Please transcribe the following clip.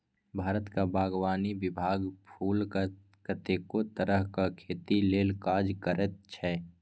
भारतक बागवानी विभाग फुलक कतेको तरहक खेती लेल काज करैत छै